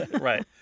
Right